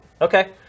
Okay